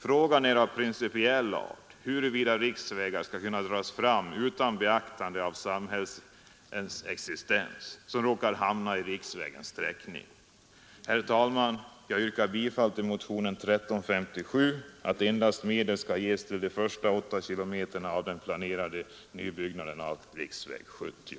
Frågan är av principiell art och gäller huruvida riksvägar skall kunna dragas utan beaktande av de samhällens existens, som råkar hamna i riksvägens sträckning. Herr talman! Jag yrkar bifall till förslaget i motionen 1357 att medel skall ges endast till de första åtta kilometrarna av den planerade nybyggnaden av riksväg 70.